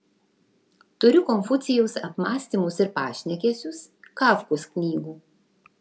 turiu konfucijaus apmąstymus ir pašnekesius kafkos knygų